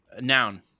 Noun